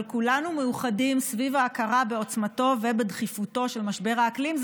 אבל כולנו מאוחדים סביב ההכרה בעוצמתו ובדחיפותו של משבר האקלים.